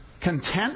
content